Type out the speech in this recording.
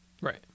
right